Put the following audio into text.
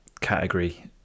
category